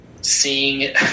seeing